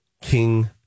King